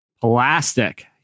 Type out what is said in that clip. Plastic